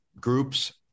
groups